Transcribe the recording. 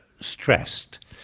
stressed